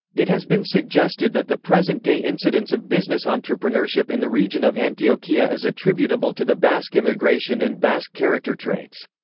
it has been suggested that the present day incidence of business entrepreneurship in the region of antioquia is attributable to the basque immigration and basque character traits.